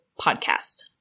podcast